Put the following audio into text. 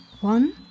One